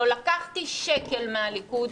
לא לקחתי שקל מהליכוד,